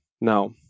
now